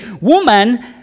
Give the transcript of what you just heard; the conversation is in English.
woman